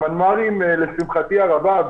לשמחתי הרבה,